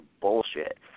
bullshit